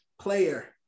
player